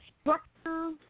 structure